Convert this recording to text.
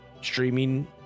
streaming